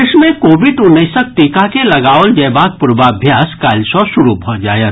देश मे कोविड उन्नैसक टीका के लगाओल जयबाक पूर्वाभ्यास काल्हि सँ शुरू भऽ जायत